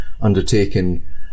undertaken